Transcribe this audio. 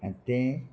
आनी तें